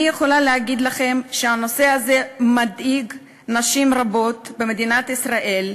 אני יכולה להגיד לכם שהנושא הזה מדאיג נשים רבות במדינת ישראל,